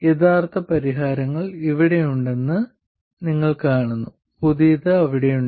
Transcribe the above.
യഥാർത്ഥ പരിഹാരം ഇവിടെയുണ്ടെന്ന് നിങ്ങൾ കാണുന്നു പുതിയത് അവിടെയുണ്ട്